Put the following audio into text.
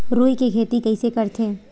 रुई के खेती कइसे करथे?